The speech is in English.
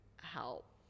help